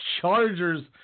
Chargers